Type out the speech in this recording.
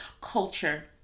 culture